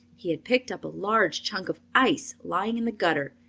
he had picked up a large chunk of ice lying in the gutter,